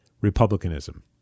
Republicanism